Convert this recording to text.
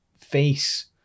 face